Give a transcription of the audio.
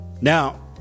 Now